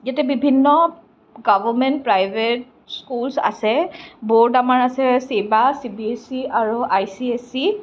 ইয়াতে বিভিন্ন government private schools আছে ব'ৰ্ড আমাৰ আছে ছেবা চিবিএছই আৰু আইচিএছচি